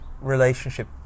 relationship